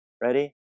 Ready